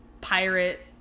pirate